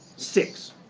six,